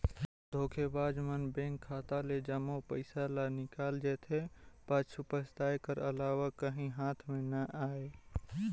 धोखेबाज मन बेंक खाता ले जम्मो पइसा ल निकाल जेथे, पाछू पसताए कर अलावा काहीं हाथ में ना आए